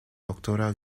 doctora